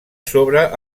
sobre